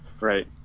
right